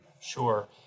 Sure